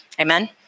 Amen